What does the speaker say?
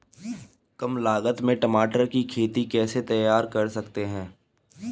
कम लागत में टमाटर की खेती कैसे तैयार कर सकते हैं?